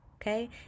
okay